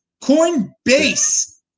Coinbase